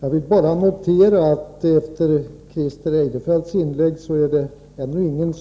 Herr talman! Efter Christer Eirefelts inlägg vill jag bara notera att ännu ingen